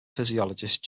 physiologist